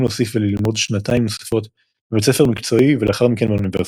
להוסיף וללמוד שנתיים נוספות בבית ספר מקצועי ולאחר מכן באוניברסיטה.